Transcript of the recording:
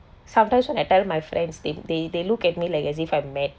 sometimes when I tell my friends they they they look at me like as if I'm mad